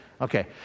Okay